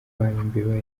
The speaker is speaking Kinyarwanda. imbeba